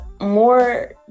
more